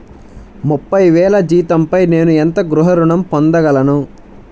ముప్పై వేల జీతంపై నేను ఎంత గృహ ఋణం పొందగలను?